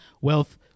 wealth